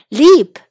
leap